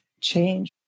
change